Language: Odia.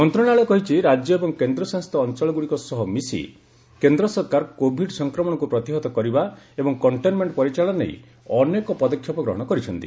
ମନ୍ତ୍ରଣାଳୟ କହିଛି ରାଜ୍ୟ ଏବଂ କେନ୍ଦ୍ରଶାସିତ ଅଂଚଳଗୁଡ଼ିକ ସହ ମିଶି କେନ୍ଦ୍ର ସରକାର କୋଭିଡ୍ ସଂକ୍ରମଣକୁ ପ୍ରତିହତ କରିବା ଏବଂ କଂଟେନମେଂଟ ପରିଚାଳନା ନେଇ ଅନେକ ପଦକ୍ଷେପ ଗ୍ରହଣ କରିଛନ୍ତି